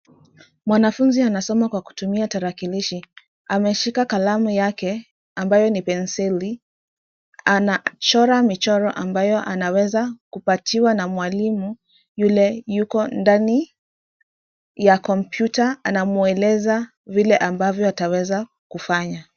Mwanafunzi anasoma kwa kutumia tarakilishi. Ameshika kalamu yake ambayo ni penseli. Anachora michoro ambayo anaweza kupatiwa na mwalimu yule ako ndani ya kompyuta. Anamweleza vile ambavyo ataweza kufanya.